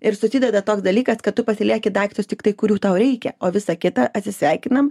ir susideda toks dalykas kad tu pasilieki daiktus tiktai kurių tau reikia o visa kita atsisveikinam